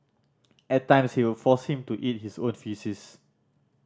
at times you would force him to eat his own faces